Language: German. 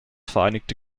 vereinigte